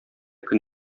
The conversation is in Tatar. көн